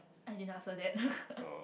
I didn't ask her that